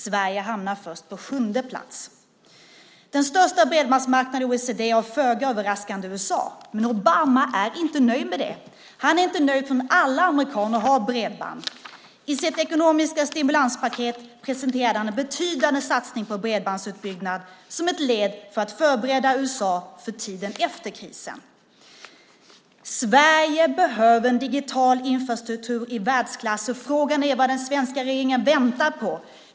Sverige hamnar först på åttonde plats. Den största bredbandsmarknaden i OECD var föga överraskande USA. Men Obama är inte nöjd. Han är inte nöjd förrän alla amerikaner har bredband. I sitt ekonomiska stimulanspaket presenterade han en betydande satsning på bredbandsutbyggnad som ett led för att förbereda USA för tiden efter krisen. Sverige behöver en digital infrastruktur i världsklass, och frågan är vad den svenska regeringen väntar på.